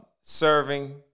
serving